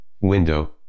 Window